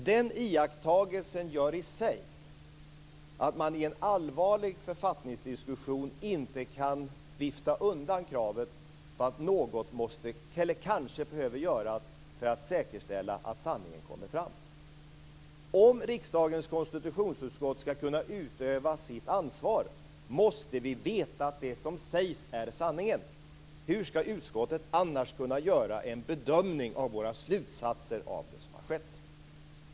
Den iakttagelsen gör i sig att man i en allvarlig författningsdiskussion inte kan vifta undan kravet på att något kanske behöver göras för att säkerställa att sanningen kommer fram. Om riksdagens konstitutionsutskott ska kunna utöva sitt ansvar måste vi veta att det som sägs är sanningen. Hur ska utskottet annars kunna göra en bedömning av slutsatserna av det som har skett?